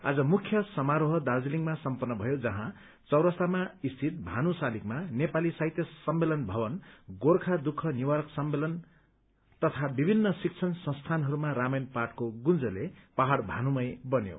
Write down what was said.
आज मुख्य समारोह दार्जीलिङमा सम्पन्न भयो जहाँ चौरस्ताम स्थित भानु शालिगमा नेपाली साहित्य सम्मेलन भवन गोर्खा दुःख निवारक सममेलन तथा विभिन्न शिक्षण संस्थानहरूमा रामायण पाठको गुँजले पहाड़ भानुमय बन्यो